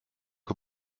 que